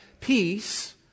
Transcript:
peace